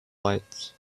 lights